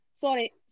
Sorry